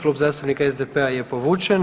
Klub zastupnika SDP-a je povučen.